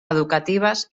educatives